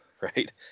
right